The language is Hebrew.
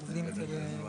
אני רוצה לספר לכם משהו.